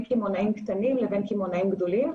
קמעונאים קטנים לבין קמעונאים גדולים,